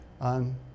on